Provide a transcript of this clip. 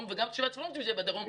וגם תושבי הצפון רוצים שזה יהיה בדרום,